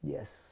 Yes